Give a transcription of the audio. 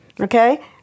Okay